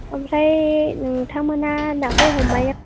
ओमफ्राय नोंथांमोनहा नाखौ हमनाया